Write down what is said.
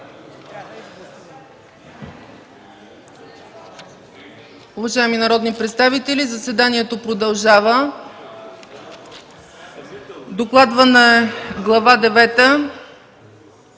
Уважаеми народни представители, заседанието продължава. Докладвана е Глава